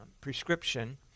prescription